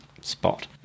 spot